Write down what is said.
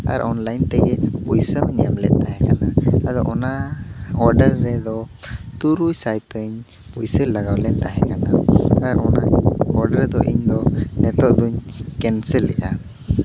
ᱟᱨ online ᱛᱮᱜᱮ ᱯᱩᱭᱥᱟᱹ ᱦᱚᱸᱧ ᱮᱢ ᱞᱮᱫ ᱛᱟᱦᱮᱸ ᱠᱟᱱᱟ ᱟᱫᱚ ᱚᱱᱟ ᱚᱰᱟᱨ ᱨᱮᱫᱚ ᱛᱩᱨᱩᱭ ᱥᱟᱭ ᱛᱤᱧ ᱯᱩᱭᱥᱟᱹ ᱞᱟᱜᱟᱣ ᱞᱮᱱ ᱛᱟᱦᱮᱸ ᱠᱟᱱᱟ ᱟᱨ ᱚᱱᱟ ᱚᱰᱟᱨ ᱫᱚ ᱤᱧᱫᱚ ᱱᱤᱛᱚᱜ ᱫᱚᱧ ᱠᱮᱱᱥᱮᱞᱮᱜᱼᱟ